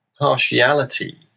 partiality